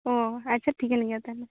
ᱚᱸᱻ ᱟᱪᱪᱷᱟ ᱴᱷᱤᱠᱟᱹᱱ ᱜᱮᱭᱟ ᱛᱟᱦᱚᱞᱮ